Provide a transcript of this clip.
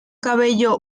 cabello